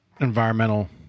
environmental